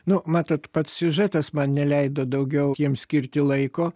nu matot pats siužetas man neleido daugiau jiem skirti laiko